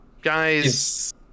guys